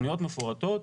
תכניות מפורטות,